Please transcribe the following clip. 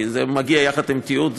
כי הוא מגיע יחד עם תיעוד,